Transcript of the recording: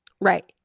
Right